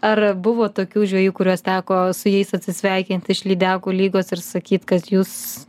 ar buvo tokių žvejų kuriuos teko su jais atsisveikinti iš lydekų lygos ir sakyt kad jūs